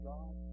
God